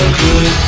good